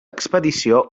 expedició